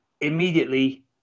immediately